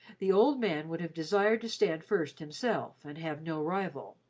the old man would have desired to stand first himself and have no rival.